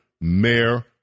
Mayor